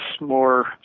more